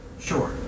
sure